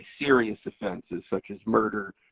serious offenses such as murder,